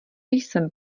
jsem